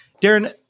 Darren